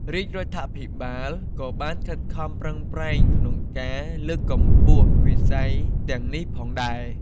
រាជរដ្ឋាភិបាលក៏បានខិតខំប្រឹងប្រែងក្នុងការលើកកម្ពស់វិស័យទាំងនេះផងដែរ។